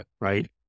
right